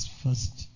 first